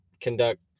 conduct